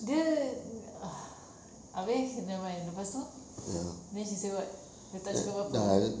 dia ah habis nevermind lepas itu then she say what dia tak cakap apa-apa